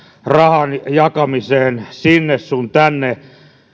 rahan jakamiseen sinne sun tänne